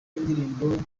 indirimbo